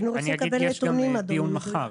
היינו רוצים לקבל נתונים, אדוני.